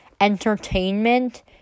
entertainment